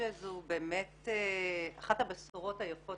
זו אחת הבשורות היפות